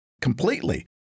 completely